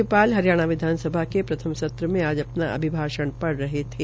राज्यपाल हरियाणा विधानसभा के प्रथम सत्र में आज अपना अभिभाषण पढ़ रहे थे